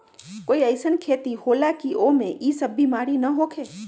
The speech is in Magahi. कोई अईसन खेती होला की वो में ई सब बीमारी न होखे?